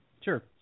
Sure